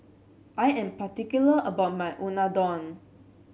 I am particular about my Unadon